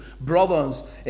brothers